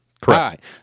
correct